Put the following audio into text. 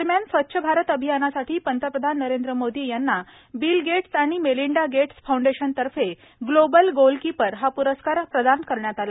दरम्यान स्वच्छ भारत अभियानासाठी पंतप्रधान नरेंद्र मोदी यांना बिल गेट्स आणि मेलिंडा गेट्स फौंडेशनतर्फे ग्लोबल गोलकीपर हा प्रस्कार प्रदान करण्यात आला